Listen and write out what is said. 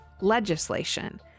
legislation